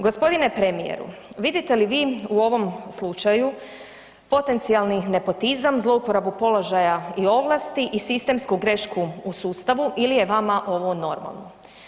G. premijeru, vidite li vi u ovom slučaju potencijalni nepotizam, zlouporabu položaju i ovlasti i sistemsku grešku u sustavu ili je vama ovo normalno?